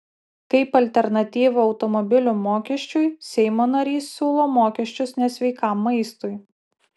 kaip alternatyvą automobilių mokesčiui seimo narys siūlo mokesčius nesveikam maistui